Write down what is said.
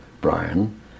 Brian